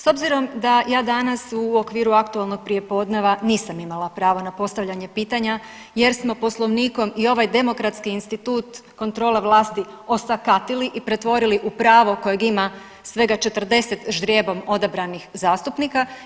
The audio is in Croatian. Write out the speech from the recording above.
S obzirom da ja danas u okviru aktualnog prijepodneva nisam imala pravo na postavljanje pitanja jer smo Poslovnikom i ovaj demokratski institut kontrole vlasti osakatili i pretvorili u pravo kojeg ima svega 40 ždrijebom odabranih zastupnika.